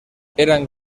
eran